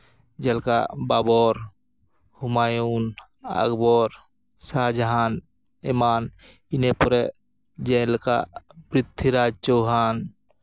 ᱡᱮᱞᱮᱠᱟ ᱵᱟᱵᱚᱨ ᱦᱩᱢᱟᱭᱩᱱ ᱟᱠᱵᱚᱨ ᱥᱟᱦᱟᱡᱟᱦᱟᱱ ᱮᱢᱟᱱ ᱤᱱᱟᱹᱯᱚᱨᱮ ᱡᱮᱞᱮᱠᱟ ᱯᱨᱤᱛᱷᱤᱨᱟᱡᱽ ᱪᱳᱦᱟᱱ